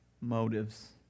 motives